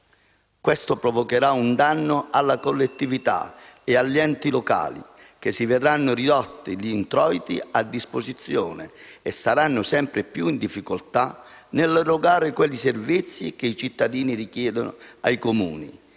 Questo provocherà un danno alle collettività e agli enti locali, che si vedranno ridotti gli introiti a disposizione e saranno sempre più in difficoltà nell'erogare quei servizi che i cittadini richiedono ai Comuni.